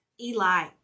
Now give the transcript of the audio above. Eli